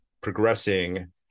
progressing